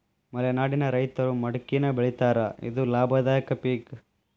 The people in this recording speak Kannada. ಮಲೆನಾಡಿನ ರೈತರು ಮಡಕಿನಾ ಬೆಳಿತಾರ ಇದು ಲಾಭದಾಯಕ ಪಿಕ್